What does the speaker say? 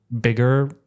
bigger